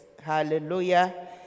Hallelujah